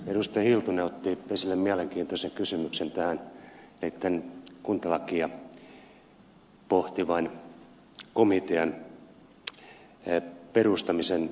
hiltunen otti esille mielenkiintoisen kysymyksen kuntalakia pohtivan komitean perustamisen